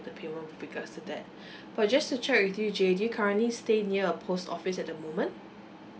the payment with regards to that but just to check with you jay do you currently stay near a post office at the moment